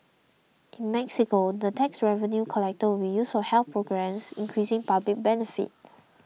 in Mexico the tax revenue collected will be used for health programmes increasing public benefit